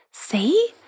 See